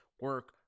Work